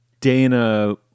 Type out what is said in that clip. dana